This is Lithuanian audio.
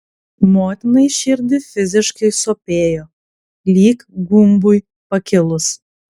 motinai širdį fiziškai sopėjo lyg gumbui pakilus